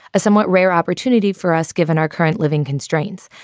a somewhat rare opportunity for us given our current living constraints.